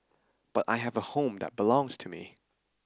but I have a home that belongs to me